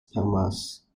palmas